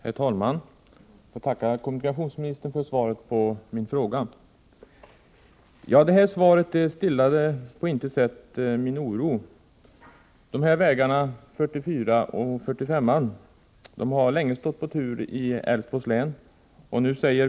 Herr talman! Jag tackar kommunikationsministern för svaret på min fråga. Svaret stillade dock på intet sätt min oro. Investeringarna i vägarna 44 och 45 har länge stått på tur i Älvsborgs län.